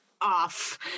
off